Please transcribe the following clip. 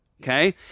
Okay